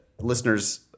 listeners